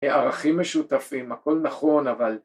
הערכים משותפים, הכל נכון, אבל...